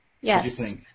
Yes